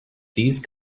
these